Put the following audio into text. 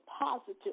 positive